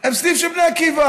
הם סניף של בני עקיבא.